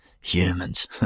Humans